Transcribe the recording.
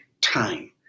time